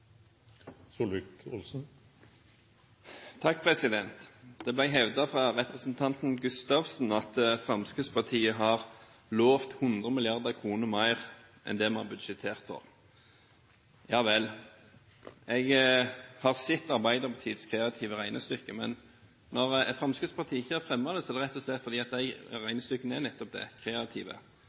Det ble hevdet fra representanten Gustavsen at Fremskrittspartiet har lovet 100 mrd. kr mer enn det vi har budsjettert for. Ja vel, jeg har sett Arbeiderpartiets kreative regnestykker. Men når Fremskrittspartiet ikke har fremmet det, er det rett og slett fordi de regnestykkene er nettopp det, kreative.